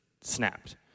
snapped